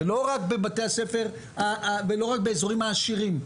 ולא רק באזורים העשירים.